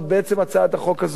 בעצם הצעת החוק הזאת,